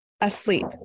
asleep